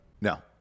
No